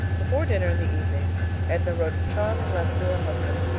before dinner in the evening edna wrote a charming letter to her husband,